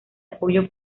apoyo